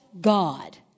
God